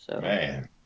Man